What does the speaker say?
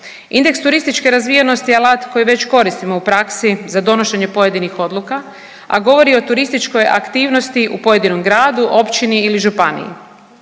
Indeks turističke razvijenosti je alat koji već koristimo u praksi za donošenje pojedinih odluka, a govori o turističkoj aktivnosti u pojedinom gradu, općini ili županiji.